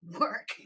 work